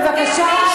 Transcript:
בבקשה,